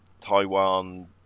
Taiwan